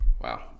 Wow